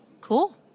Cool